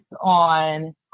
on